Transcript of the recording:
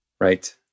Right